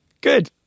Good